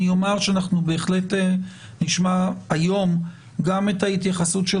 אני אומר שאנחנו בהחלט נשמע היום גם את התייחסות של